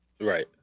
right